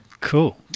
cool